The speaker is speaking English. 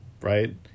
right